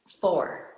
Four